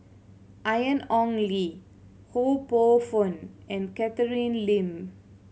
Ian Ong Li Ho Poh Fun and Catherine Lim